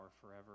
forever